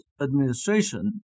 administration